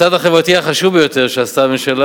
הצעד החברתי החשוב ביותר שעשתה הממשלה